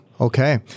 Okay